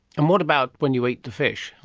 and what about when you eat the fish?